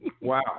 Wow